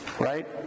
Right